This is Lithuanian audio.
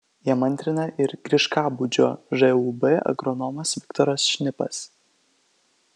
jam antrina ir griškabūdžio žūb agronomas viktoras šnipas